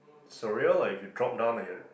surreal ah if you drop down and